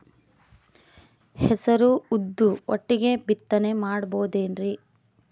ಹೆಸರು ಉದ್ದು ಒಟ್ಟಿಗೆ ಬಿತ್ತನೆ ಮಾಡಬೋದೇನ್ರಿ?